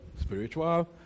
Spiritual